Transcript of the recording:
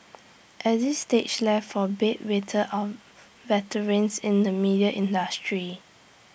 exit stage left for bed wetter or veterans in the media industry